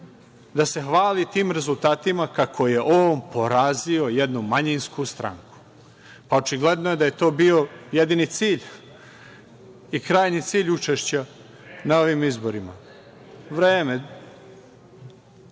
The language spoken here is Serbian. da se hvali tim rezultatima kako je on porazio jednu manjinsku stranku. Očigledno je da je to bio jedini cilj i krajnji cilj učešća na ovim izborima.(Narodni